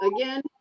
again